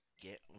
get